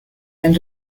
han